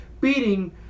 beating